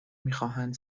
میخواهند